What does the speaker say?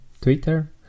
Twitter